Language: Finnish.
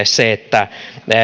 se että